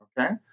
Okay